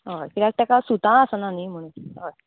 हय किद्याक तेका सुतां आसना न्हय म्हणून हय